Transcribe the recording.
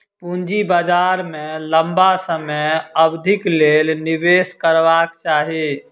पूंजी बाजार में लम्बा समय अवधिक लेल निवेश करबाक चाही